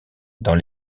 dans